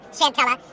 Chantella